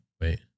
wait